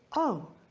oh,